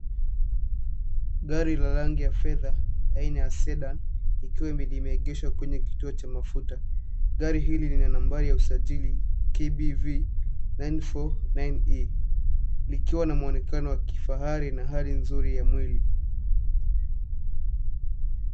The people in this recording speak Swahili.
Gari la rangi ya fedha, aina ya Sedan, ikiwa limeegeshwa kwenye kituo cha mafuta. Gari hili lina nambari la usajili KBV 949E. Likiwa na mwonekano wa kifahari na hali nzuri ya mwili.